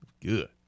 Good